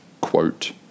quote